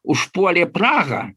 užpuolė prahą